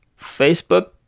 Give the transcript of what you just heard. Facebook